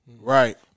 Right